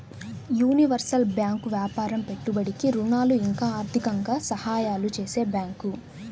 universal bank వ్యాపారం పెట్టుబడికి ఋణాలు ఇంకా ఆర్థికంగా సహాయాలు చేసే బ్యాంకు